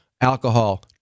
Alcohol